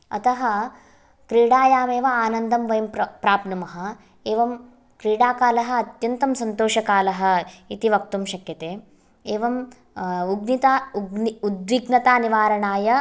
अतः क्रीडायाम् एव आनन्दं वयं प्रा प्राप्नुमः एवं क्रीडाकालः अत्यन्तं सन्तोषकालः इति वक्तुं शक्यते एवम् उग्निता उद्विग्नतानिवारणारणाय